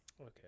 Okay